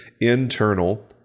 internal